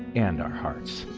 and our hearts.